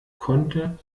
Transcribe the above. konnte